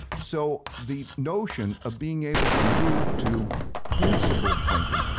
so the notion of being able to move to principled thinking,